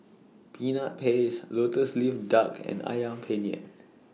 Peanut Paste Lotus Leaf Duck and Ayam Penyet